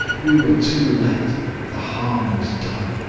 we were too late the harm was done.